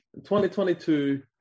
2022